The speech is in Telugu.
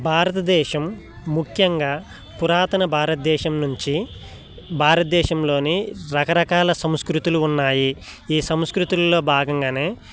భారతదేశం ముఖ్యంగా పురాతన భారతదేశం నుంచి భారతదేశంలోని రకరకాల సంస్కృతులు ఉన్నాయి ఈ సంస్కృతులలో భాగంగానే